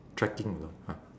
trekking l~ ah